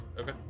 Okay